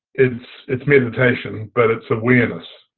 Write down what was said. it's it's meditation, but it's awareness.